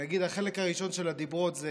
נגיד החלק הראשון של הדיברות זה